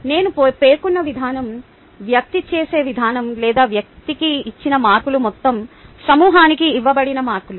నేను పేర్కొన్న విధానం వ్యక్తి చేసే విధానం లేదా వ్యక్తికి ఇచ్చిన మార్కులు మొత్తం సమూహానికి ఇవ్వబడిన మార్కులు